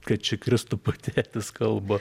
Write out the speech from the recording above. kad čia kristupo tėtis kalba